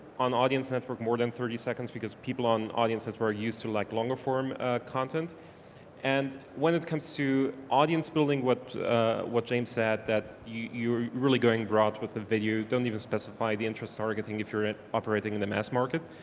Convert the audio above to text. on audience network, more than thirty seconds because people on audiences we're used to like, longer form content and when it comes to audience building, what what james said that you're really going broad with the video, you don't even specify the interest targeting if you're in operating in the mass market.